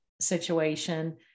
situation